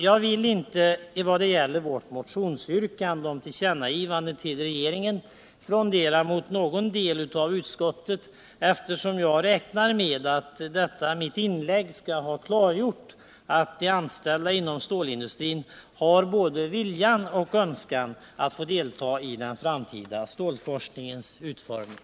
Jag vill inte vad gäller vårt motionsyrkande om tillkännagivande till regeringen frondera mot någon del av utskottet, eftersom jag räknar med att mitt inlägg skall ha klargjort att de anställda inom stålindustrin har både önskan och viljan att delta i den framtida stålforskningens utformning.